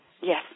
Yes